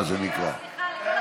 מה שנקרא.